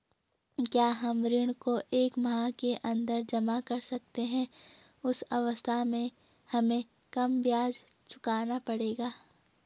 क्या हम ऋण को एक माह के अन्दर जमा कर सकते हैं उस अवस्था में हमें कम ब्याज चुकाना पड़ेगा?